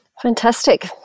Fantastic